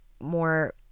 more